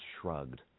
Shrugged